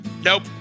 Nope